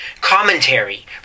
commentary